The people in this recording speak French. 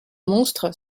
monstre